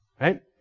Right